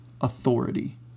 authority